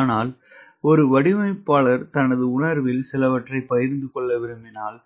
ஆனால் ஒரு வடிவமைப்பாளர் தனது உணர்வில் சிலவற்றைப் பகிர்ந்து கொள்ள விரும்பினால்